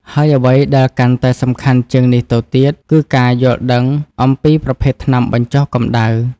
ហើយអ្វីដែលកាន់តែសំខាន់ជាងនេះទៅទៀត គឺការយល់ដឹងអំពីប្រភេទថ្នាំបញ្ចុះកម្តៅ។